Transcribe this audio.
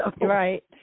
Right